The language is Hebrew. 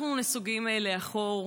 אנחנו נסוגים לאחור.